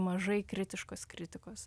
mažai kritiškos kritikos